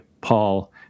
Paul